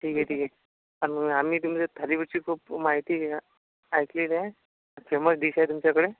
ठीकय ठीकय अन आम्ही तुमच्या थालीपीठची खूप माहिती ऐकलेली ए फेमस डिश आहे तुमच्याकडे